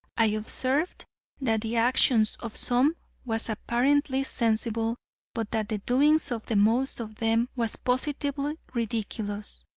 i observed that the actions of some was apparently sensible but that the doings of the most of them was positively ridiculous.